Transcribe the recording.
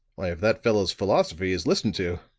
why, if that fellow's philosophy is listened to,